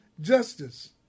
Justice